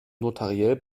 notariell